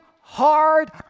hard